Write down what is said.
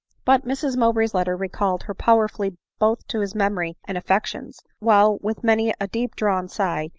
but mrs mowbray's letter recalled her powerfully both to his memory and affections, while with many a deep drawn sigh,